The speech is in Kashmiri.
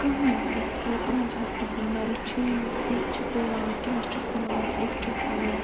کٕہٕنۍ تہِ گوٚو تمَن چھَس نہٕ بہٕ نہ وٕچھٲنی کِتھ چھِ تُلان کیٛاہ چھُ تُلان کُس چھُ تُلان